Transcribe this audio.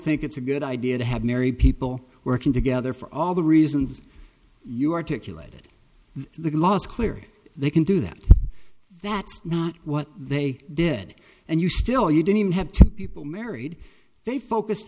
think it's a good idea to have married people working together for all the reasons you articulated the last clearly they can do that that's not what they did and you still you don't even have to people married they focused